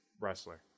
wrestler